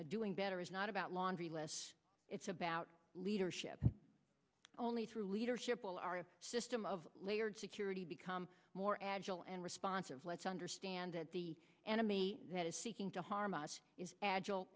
that doing better is not about laundry list it's about leadership only through leadership will our system of layered security become more agile and responsive let's understand that the enemy that is seeking to harm us is agile